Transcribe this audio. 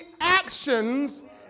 actions